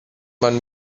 man